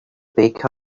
baker